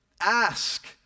ask